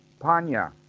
Panya